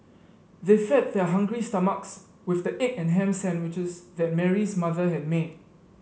they fed their hungry stomachs with the egg and ham sandwiches that Mary's mother had made